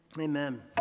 amen